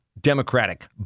Democratic